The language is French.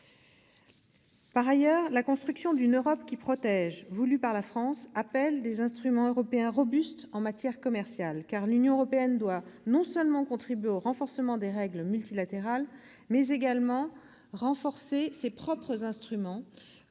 Par ailleurs, la construction d'une « Europe qui protège », voulue par la France, appelle des instruments européens robustes en matière commerciale, car l'Union européenne doit non seulement contribuer au renforcement des règles multilatérales, mais également renforcer ses propres instruments